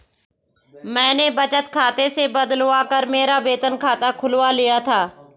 मैंने बचत खाते से बदलवा कर मेरा वेतन खाता खुलवा लिया था